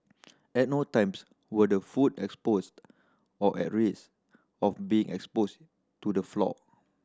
at no times were the food exposed or at risk of being exposed to the floor